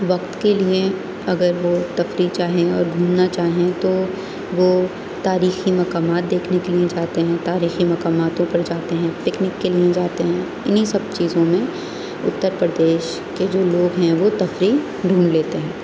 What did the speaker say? وقت کے لیے اگر وہ تفریح چاہیں اور گھومنا چاہیں تو وہ تاریخی مقامات دیکھنے کے لیے جاتے ہیں تاریخی مقاماتوں پر جاتے ہیں پکنک کے لیے جاتے ہیں انہیں سب چیزوں میں اتر پردیش کے جو لوگ ہیں وہ تفریح ڈھونڈھ لیتے ہیں